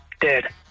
dead